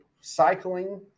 cycling